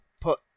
put